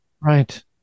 Right